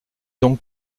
donc